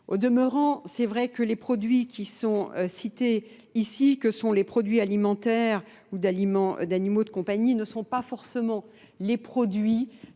Au demeurant, c'est vrai que les produits qui sont cités ici, que sont les produits alimentaires ou d'animaux de compagnie, ne sont pas forcément les produits